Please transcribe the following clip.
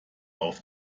auf